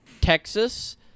Texas